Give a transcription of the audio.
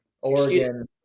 Oregon